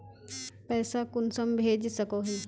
पैसा कुंसम भेज सकोही?